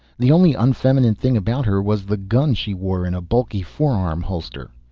the only unfeminine thing about her was the gun she wore in a bulky forearm holster.